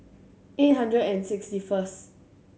eight hundred and sixty first